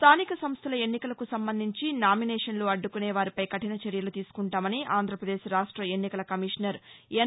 స్థానిక సంస్థల ఎన్నికలకు సంబంధించి నామినేషన్లు అడ్డుకునే వారిపై కఠిన చర్యలు తీసుకుంటామని ఆంధ్రాపదేశ్ రాష్ట్ర ఎన్నికల కమిషనర్ ఎన్